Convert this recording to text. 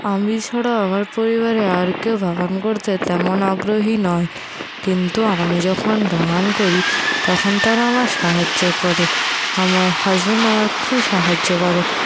আমি ছাড়া আমার পরিবারে আর কেউ বাগান করতে তেমন আগ্রহী নয় কিন্তু আমি যখন বাগান করি তখন তারা আমায় সাহায্য করে আমার হাজব্যান্ড আমার খুব সাহায্য করে